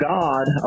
God